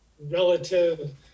relative